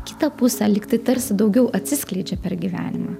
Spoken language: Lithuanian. kitą pusę lygtai tarsi daugiau atsiskleidžia per gyvenimą